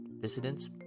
dissidents